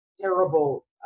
terrible